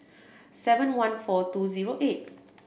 seven one four two zero eight